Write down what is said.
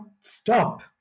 stop